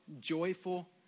joyful